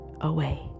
away